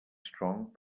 strong